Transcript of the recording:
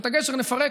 ואת הגשר נפרק,